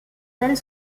ailes